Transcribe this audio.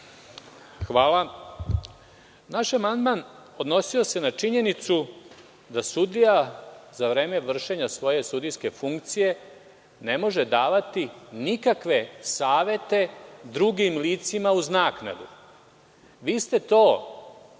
Naš amandman odnosio se na činjenicu da sudija za vreme vršenja svoje sudijske funkcije ne može davati nikakve savete drugim licima uz naknadu. Vi ste to promenili